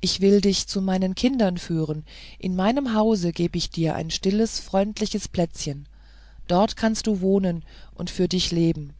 ich will dich zu meinen kindern führen in meinem hause geb ich dir ein stilles freundliches plätzchen dort kannst du wohnen und für dich leben